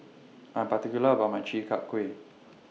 I'm particular about My Chi Kak Kuih